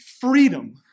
freedom